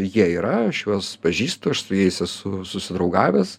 jie yra aš juos pažįstu aš su jais esu susidraugavęs